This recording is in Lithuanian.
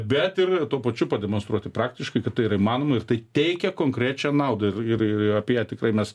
bet ir tuo pačiu pademonstruoti praktiškai kad tai yra įmanoma ir tai teikia konkrečią naudą ir ir apie ją tikrai mes